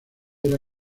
era